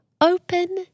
Open